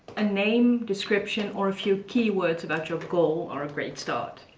a name, description, or a few keywords about your goal are a great start.